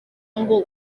ngo